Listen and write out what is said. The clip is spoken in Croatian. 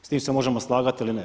S tim se možemo slagati ili ne.